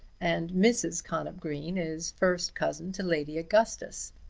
and mrs. connop green is first cousin to lady augustus.